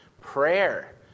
Prayer